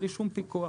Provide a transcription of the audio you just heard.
בלי שום פיקוח.